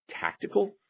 tactical